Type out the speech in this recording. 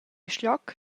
schiglioc